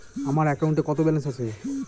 আমার অ্যাকাউন্টে কত ব্যালেন্স আছে?